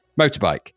motorbike